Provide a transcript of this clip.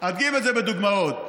אדגים את זה בדוגמאות.